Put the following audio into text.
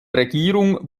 regierung